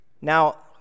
now